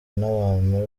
n’abantu